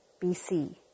BC